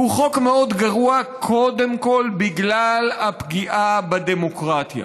והוא חוק מאוד גרוע קודם כול בגלל הפגיעה בדמוקרטיה.